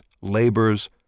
labors